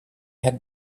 had